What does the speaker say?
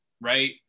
right